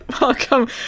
Welcome